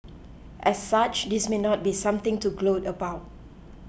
as such this may not be something to gloat about